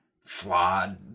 flawed